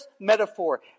metaphor